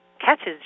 catches